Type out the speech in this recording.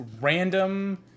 random